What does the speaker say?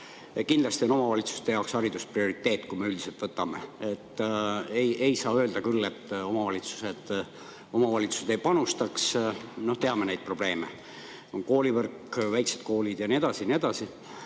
Kindlasti on omavalitsuste jaoks haridus prioriteet, kui me üldiselt võtame. Ei saa öelda küll, et omavalitsused ei panusta. Teame neid probleeme: on koolivõrk, väikesed koolid ja nii edasi